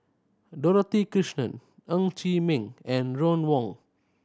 Dorothy Krishnan Ng Chee Meng and Ron Wong